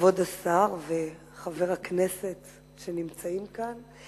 כבוד השר וחברי הכנסת שנמצאים כאן,